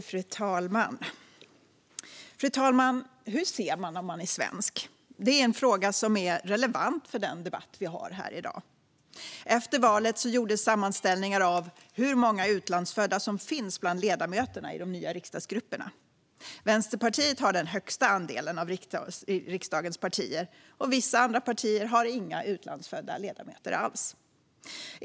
Fru talman! Hur ser man ut om man är svensk? Det är en fråga som är relevant för den debatt vi har här i dag. Efter valet gjordes sammanställningar av hur många utlandsfödda som finns bland ledamöterna i de nya riksdagsgrupperna. Vänsterpartiet har högst andel av riksdagens partier, medan vissa andra partier inte har några utlandsfödda ledamöter alls.